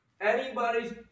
anybody's